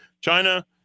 China